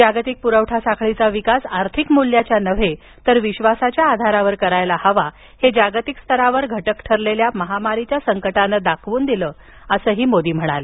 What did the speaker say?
जागतिक पुरवठा साखळीचा विकास आर्थिक मूल्याच्या नव्हे तर विश्वासाच्या आधारावर करायला हवा हे जागतिक स्तरावर घटक ठरलेल्या महामारीच्या संकटानं दाखवून दिलं असही मोदी म्हणाले